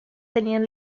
tenien